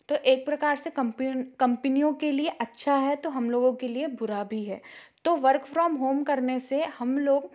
तो एक प्रकार से कंपनियों के लिए अच्छा है तो हम लोगों के लिए बुरा भी है तो वर्क फ्रॉम होम करने से हम लोग